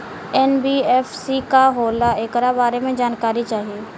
NBFC का होला ऐकरा बारे मे जानकारी चाही?